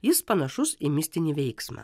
jis panašus į mistinį veiksmą